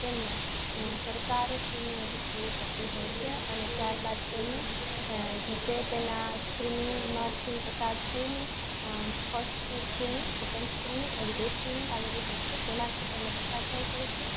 તેમને સરકારશ્રીની મદદ લેવી પડતી હોય છે અને ત્યારબાદ તેમને જેતે તેના સ્ક્રિનિંગમાંથી પસાર થઈને ફર્સ્ટ છે સ્ક્રિનિંગ સેકન્ડ સ્ક્રિનિંગ એવી બે સ્ક્રિનિંગ આવેલી હોય છે તેમાંથી તેમને પસાર થવું પડે છે